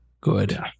Good